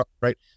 right